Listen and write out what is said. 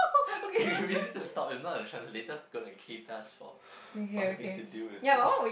okay we need to stop if not the translator is gonna keep us fault for having to deal with